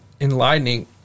enlightening